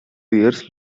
years